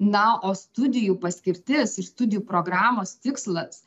na o studijų paskirtis ir studijų programos tikslas